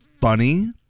funny